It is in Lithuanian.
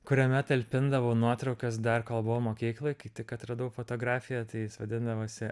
kuriame talpindavau nuotraukas dar kol buvau mokykloj kai tik atradau fotografiją tai jis vadindavosi